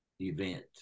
event